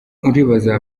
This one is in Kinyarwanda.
uribaza